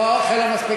אוכל לא מספיק.